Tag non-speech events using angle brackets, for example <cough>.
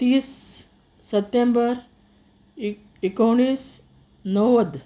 तीस सप्टेंबर <unintelligible> एकुणीस णव्वद